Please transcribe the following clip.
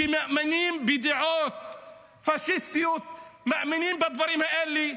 שמאמינים בדעות פשיסטיות, מאמינים בדברים האלה.